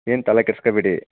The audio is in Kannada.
ಏನು ತಲೆ ಕೆಡ್ಸ್ಕೊಬೇಡಿ